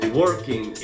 working